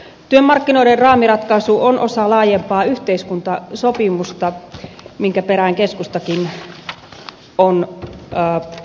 työmarkkinoiden raamiratkaisu on osa laajempaa yhteiskuntasopimusta minkä perään keskustakin on puhunut jo pitkään